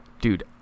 Dude